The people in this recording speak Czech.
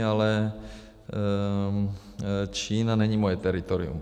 Ale Čína není moje teritorium.